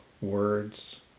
words